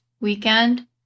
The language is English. weekend